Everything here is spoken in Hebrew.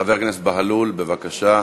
חבר הכנסת בהלול, בבקשה,